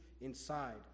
inside